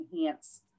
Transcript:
enhance